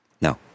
No